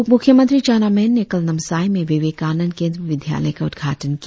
उप मुख्यमंत्री चाउना मैन ने कल नामसाई में विवेकनंद केंद्र विद्यालय का उद्घाटन किया